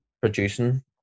producing